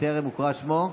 שטרם הוקרא שמו?